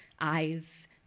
eyes